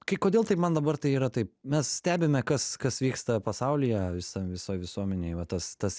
kai kodėl taip man dabar tai yra taip mes stebime kas kas vyksta pasaulyje visam visoj visuomenėj va tas tas